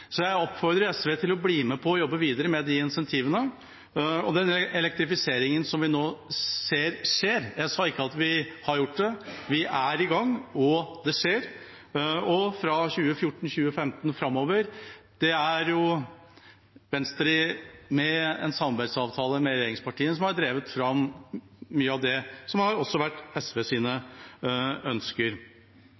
Jeg oppfordrer SV til å bli med på å jobbe videre med de incentivene og den elektrifiseringen som vi nå ser skje. Jeg sa ikke at vi har gjort det. Vi er i gang, og det skjer. Fra 2014/2015 og framover er det Venstre, med en samarbeidsavtale med regjeringspartiene, som har drevet fram mye av det, som også har vært